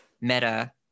meta